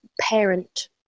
parent